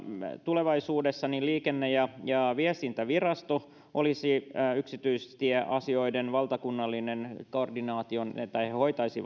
tulevaisuudessa liikenne ja ja viestintävirasto hoitaisi yksityistieasioiden valtakunnallista koordinaatiota hoitaisi